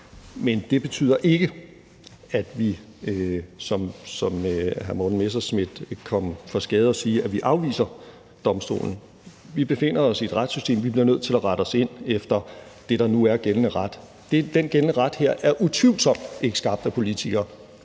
Men det betyder ikke, at vi, som hr. Morten Messerschmidt kom for skade at sige, afviser Domstolen. Vi befinder os i et retssystem, og vi bliver nødt til at rette os ind efter det, der nu er gældende ret. Den gældende ret her er utvivlsomt ikke skabt af politikere.